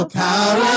power